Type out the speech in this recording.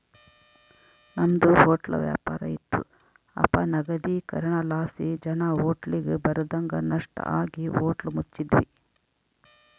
ನಮ್ದು ಹೊಟ್ಲ ವ್ಯಾಪಾರ ಇತ್ತು ಅಪನಗದೀಕರಣಲಾಸಿ ಜನ ಹೋಟ್ಲಿಗ್ ಬರದಂಗ ನಷ್ಟ ಆಗಿ ಹೋಟ್ಲ ಮುಚ್ಚಿದ್ವಿ